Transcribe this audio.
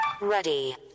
Ready